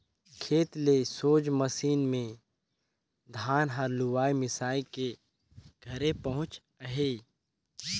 खेते ले सोझ मसीन मे धान हर लुवाए मिसाए के घरे पहुचत अहे